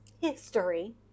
history